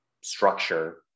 structure